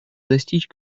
достичь